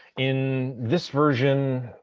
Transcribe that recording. in this version